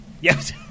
Yes